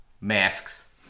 masks